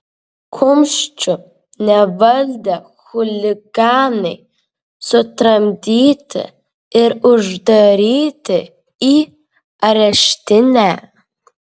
kumščių nevaldę chuliganai sutramdyti ir uždaryti į areštinę